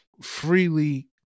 freely